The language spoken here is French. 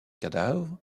cadavre